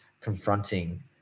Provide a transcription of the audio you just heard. confronting